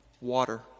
water